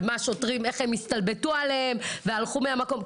ואיך השוטרים הסתלבטו עליהם והלכו מהמקום.